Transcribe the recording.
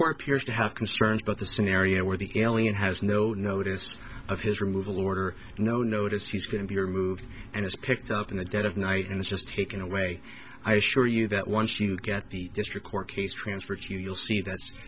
core peers to have concerns but the scenario where the alien has no notice of his removal order no notice he's going to be removed and it's picked up in the dead of night and it's just taken away i assure you that once you get the district court case transferred to you you'll see that